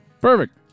Perfect